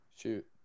Shoot